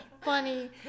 funny